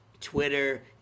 Twitter